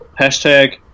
hashtag